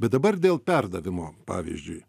bet dabar dėl perdavimo pavyzdžiui